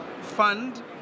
fund